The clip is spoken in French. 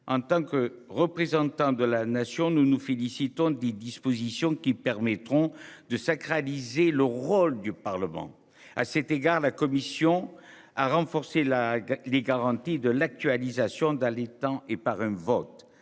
en tant que représentant de la nation. Nous nous félicitons des dispositions qui permettront de sacraliser le rôle du Parlement. À cet égard la Commission a renforcé là les garanties de l'actualisation dans étang et par un vote.